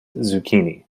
zucchini